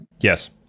Yes